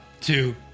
two